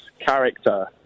character